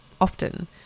often